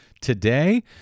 today